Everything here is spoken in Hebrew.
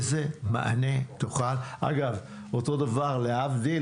אגב, להבדיל